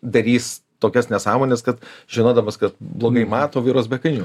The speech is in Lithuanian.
darys tokias nesąmones kad žinodamas kad blogai mato vairuos be akinių